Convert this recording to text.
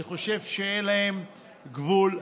אני חושב שאין להם גבול.